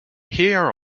here